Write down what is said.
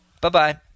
Bye-bye